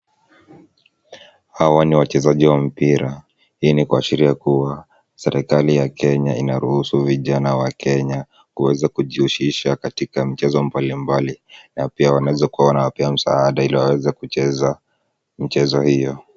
Hawa ni wachezaji wa mpira. Hii ni kuashiria kuwa serekali ya Kenya inaruhusu vijana wa Kenya kuweza kujihusisha katika mchezo mbalimbali na pia wanawezakua wanawapea msaada ili waweze kucheza michezo hiyo.